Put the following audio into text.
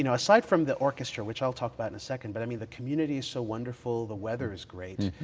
you know aside from the orchestra, which i'll talk about in a second, but i mean the community is so wonderful. the weather the great.